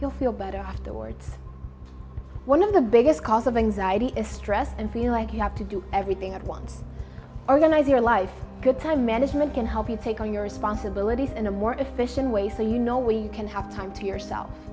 you'll feel better afterwards one of the biggest cause of anxiety is stress and feel like you have to do everything at once organize your life good time management can help you take on your responsibilities in a more efficient way so you know where you can have time to yourself